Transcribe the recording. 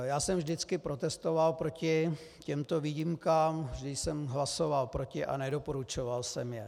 Já jsem vždycky protestoval proti těmto výjimkám, vždy jsem hlasoval proti a nedoporučoval jsem je.